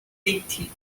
deity